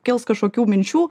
kils kažkokių minčių